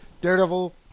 Daredevil